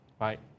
Right